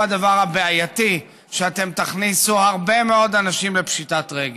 והוא הדבר הבעייתי: שאתם תכניסו הרבה מאוד אנשים לפשיטת רגל.